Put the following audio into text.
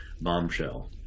bombshell